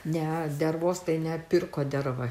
ne dervos tai ne pirko dervą